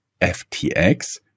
FTX